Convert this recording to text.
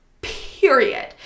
period